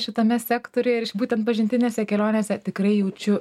šitame sektoriuje ir būtent pažintinėse kelionėse tikrai jaučiu